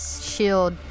shield